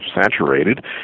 saturated